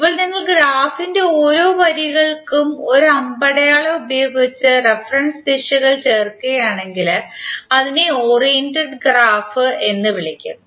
ഇപ്പോൾ നിങ്ങൾ ഗ്രാഫിന്റെ ഓരോ വരികൾക്കും ഒരു അമ്പടയാളം ഉപയോഗിച്ച് റഫറൻസ് ദിശകൾ ചേർക്കുകയാണെങ്കിൽ അതിനെ ഓറിയന്റഡ് ഗ്രാഫ് എന്ന് വിളിക്കുന്നു